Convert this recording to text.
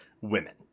women